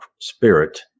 spirit